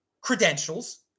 credentials